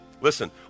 Listen